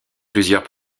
plusieurs